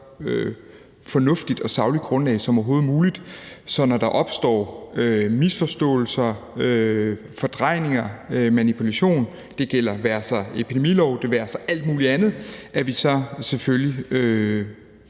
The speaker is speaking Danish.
fornuftigt og sagligt grundlag som overhovedet muligt, så vi, når der opstår misforståelser, fordrejninger, manipulation – det være sig i forhold til epidemiloven, det være sig i forhold til alt muligt andet – selvfølgelig